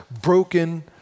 broken